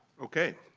okay.